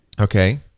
Okay